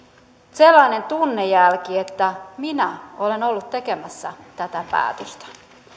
sellainen tunnejälki että on ollut tekemässä tätä päätöstä